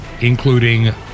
including